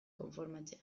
konformatzea